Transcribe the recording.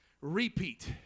Repeat